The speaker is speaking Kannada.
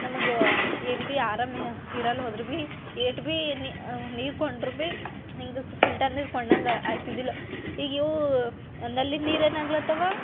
ನಮಗೆ ಏನು ಭಿ ಆರಾಮ ಇರಲ್ಲ ಹೋದರೂ ಭಿ ಏಟ್ ಭಿ ನೀರು ಕೊಂಡರೂ ಭಿ ಹೀಗೆ ಫಿಲ್ಟರ್ ನೀರು ಕೊಂಡಂಗೆ ಆಯ್ತಿದ್ದಿಲ್ಲ ಈಗ ಇವು ನಲ್ಲಿ ನೀರು ಏನಾಗ್ಲತ್ತವ